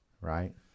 right